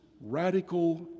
radical